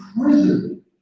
prison